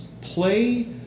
play